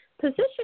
position